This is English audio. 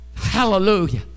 hallelujah